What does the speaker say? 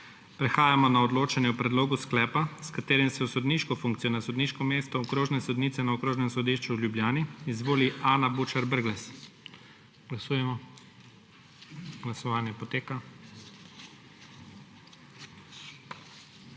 Prehajamo na odločanje o predlogu sklepa, s katerim se v sodniško funkcijo na sodniško mesto okrožne sodnice na Okrožnem sodišču v Ljubljani izvoli Ana Bučar Brglez. Glasujemo. Navzočih